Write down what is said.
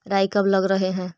राई कब लग रहे है?